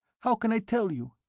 how can i tell you?